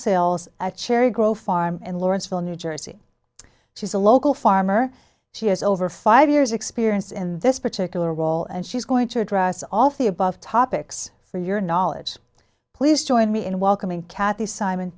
sales at cherry grow farm in lawrenceville new jersey she's a local farmer she has over five years experience in this particular role and she's going to address all the above topics for your knowledge please join me in welcoming kathy simon